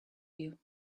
you